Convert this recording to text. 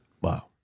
Wow